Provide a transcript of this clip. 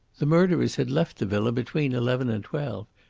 the murderers had left the villa between eleven and twelve,